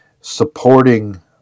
supporting